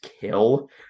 kill